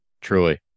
truly